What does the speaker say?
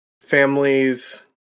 families